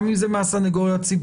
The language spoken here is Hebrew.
גם אם זה מהסנגוריה הציבורית,